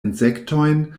insektojn